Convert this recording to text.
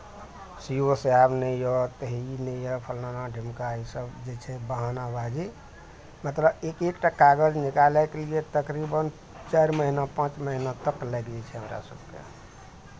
C O साहेब नहि यए तऽ हे ई नहि यए तऽ फलाना ढिमका इसभ जे छै बहानाबाजी मतलब एक एक टा कागज निकालयके तकरीबन चारि महीना पाँच महीना तक लागि जाइ छै हमरा सभकेँ